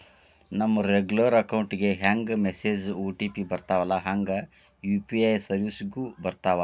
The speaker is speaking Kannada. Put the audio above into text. ನಮ ರೆಗ್ಯುಲರ್ ಅಕೌಂಟ್ ಗೆ ಹೆಂಗ ಮೆಸೇಜ್ ಒ.ಟಿ.ಪಿ ಬರ್ತ್ತವಲ್ಲ ಹಂಗ ಯು.ಪಿ.ಐ ಸೆರ್ವಿಸ್ಗು ಬರ್ತಾವ